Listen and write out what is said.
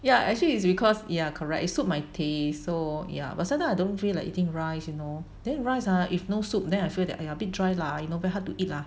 ya actually it's because ya correct it suit my taste so ya but sometime I don't feel like eating rice you know then rice ah if no soup then I feel that !aiya! a bit dry lah you know very hard to eat lah